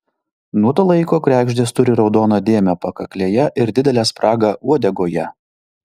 nuo to laiko kregždės turi raudoną dėmę pakaklėje ir didelę spragą uodegoje